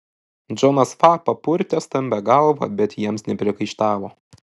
džonas fa papurtė stambią galvą bet jiems nepriekaištavo